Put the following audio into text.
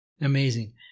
Amazing